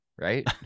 right